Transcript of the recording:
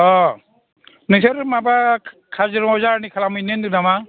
अ नोंसोर माबा काजिरङायाव जार्नि खालामहैनो होनदों नामा